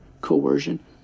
coercion